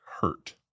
hurt